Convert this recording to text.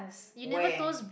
when